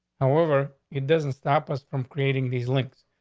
however, it doesn't stop us from creating these links.